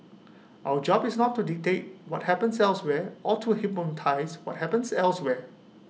our job is not to dictate what happens elsewhere or to what happens elsewhere